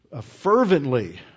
fervently